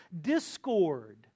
discord